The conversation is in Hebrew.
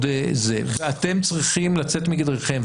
אתם צריכים לצאת מגדרכם,